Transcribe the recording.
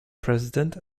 president